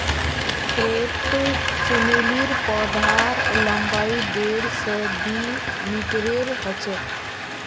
crepe चमेलीर पौधार लम्बाई डेढ़ स दी मीटरेर ह छेक